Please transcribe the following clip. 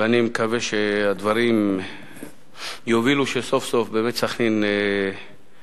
ואני מקווה שהדברים יובילו שסוף סוף באמת סח'נין תבוא